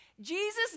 Jesus